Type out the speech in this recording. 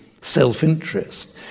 self-interest